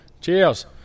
Cheers